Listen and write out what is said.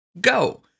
go